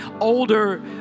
older